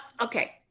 Okay